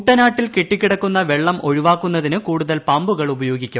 കുട്ടനാട്ടിൽ കെട്ടിക്കിടക്കുന്ന വെള്ളം ഒഴിവാക്കുന്നതിന് കൂടുതൽ പമ്പുകൾ ഉപയോഗിക്കും